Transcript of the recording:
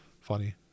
funny